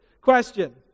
Question